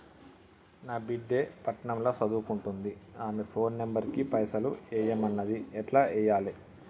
నా బిడ్డే పట్నం ల సదువుకుంటుంది ఆమె ఫోన్ నంబర్ కి పైసల్ ఎయ్యమన్నది ఎట్ల ఎయ్యాలి?